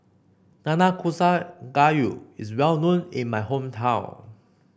Nanakusa Gayu is well known in my hometown